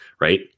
right